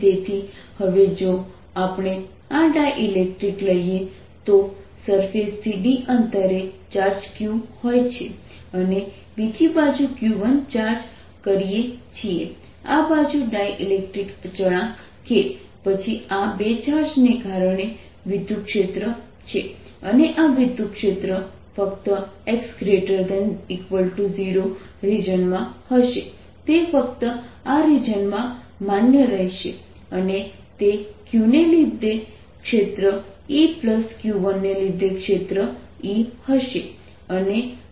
તેથી હવે જો આપણે આ ડાઇલેક્ટ્રિક લઈએ તો સરફેસથી d અંતરે ચાર્જ q હોય છે અને બીજી બાજુ q1 ચાર્જ કરીએ છીએ આ બાજુ ડાઇલેક્ટ્રિક અચળાંક k પછી આ 2 ચાર્જને કારણે વિદ્યુતક્ષેત્ર છે અને આ વિદ્યુતક્ષેત્ર ફક્ત x0 રિજનમાં હશે તે ફક્ત આ રિજનમાં માન્ય રહેશે અને તે qલીધે ક્ષેત્ર E q1લીધે ક્ષેત્ર E હશે